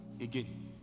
again